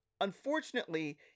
Unfortunately